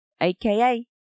aka